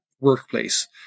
workplace